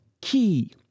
key